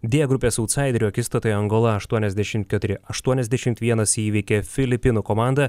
d grupės autsaiderių akistatoje angola aštuoniasdešim keturi aštuoniasdešim vienas įveikė filipinų komandą